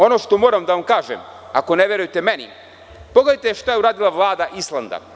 Ono što moram da vam kažem, ako ne verujete meni, pogledajte šta je uradila Vlada Islanda.